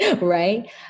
Right